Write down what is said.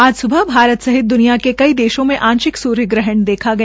आज स्बह भारत सहित द्वनिया के कई देशों में आंशिक सूर्य ग्रहण देखा गया